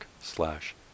slash